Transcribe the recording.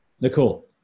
Nicole